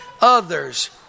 others